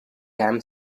cam